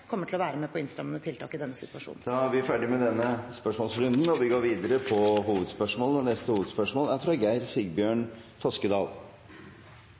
kommer ikke minst til å kreve innstrammende tiltak. Spørsmålet er om SV kommer til å være med på innstrammende tiltak i denne situasjonen. Vi går videre til neste hovedspørsmål.